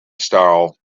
style